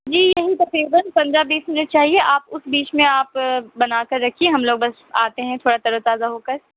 جی یہی تقریباً پندرہ بیس منٹ چاہیے آپ اس بیچ میں آپ بنا کر رکھیے ہم لوگ بس آتے ہیں تھوڑا تر و تازہ ہو کر